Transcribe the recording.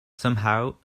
somehow